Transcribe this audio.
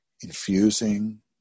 infusing